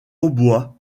hautbois